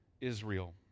Israel